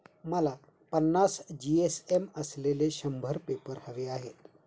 मला पन्नास जी.एस.एम असलेले शंभर पेपर हवे आहेत